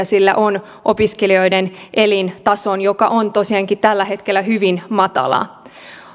sillä on opiskelijoiden elintasoon joka on tosiaankin tällä hetkellä hyvin matala